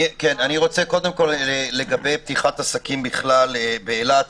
קודם כל לגבי פתיחת עסקים בכלל באילת,